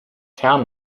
town